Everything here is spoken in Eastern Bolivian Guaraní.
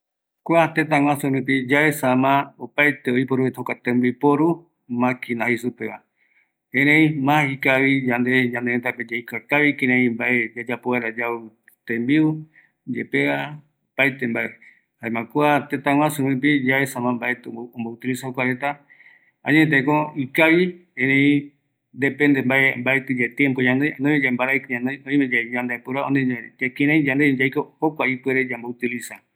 Tetaguasu rupi yaesama oiporu tembiporu reta, maquina jei supeva, yande ikavi ñanereta pe yaesa kïraï yayapo yau tembiu yaesa reve, yayapo tata yepea pegua, tetaguasu rupi yaesa oyapo reta cosina gas peguape, ereï seve guara yaiporuta kïraiko yaikova, mbaravɨkɨ jekopegua yaiporu kua maquina reta